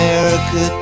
America